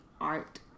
art